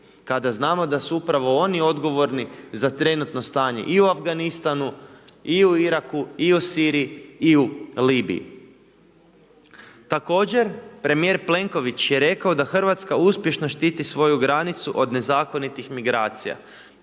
kada znamo da su upravo oni odgovorni za trenutno stanje i u Afganistanu, i u Iraku i u Siriji i u Libiji. Također premijer Plenković je rekao da RH uspješno štiti svoju granicu od nezakonitih migracija.